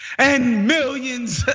and millions,